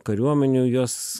kariuomenių jos